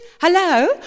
hello